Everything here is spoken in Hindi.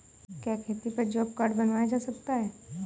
क्या खेती पर जॉब कार्ड बनवाया जा सकता है?